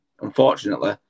Unfortunately